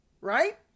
right